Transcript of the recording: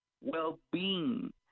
well-being